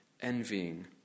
envying